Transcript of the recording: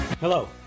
Hello